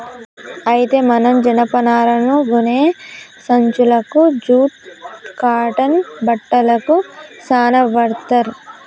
అయితే మనం జనపనారను గోనే సంచులకు జూట్ కాటన్ బట్టలకు సాన వాడ్తర్